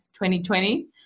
2020